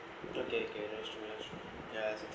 okay okay that's true that's true ya